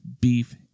beef